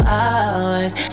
hours